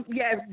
yes